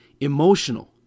Emotional